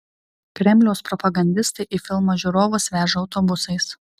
kremliaus propagandistai į filmą žiūrovus veža autobusais